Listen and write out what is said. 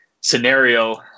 scenario